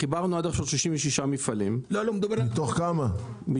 חיברנו עד עכשיו 35 מפעלים מתוך- -- לא,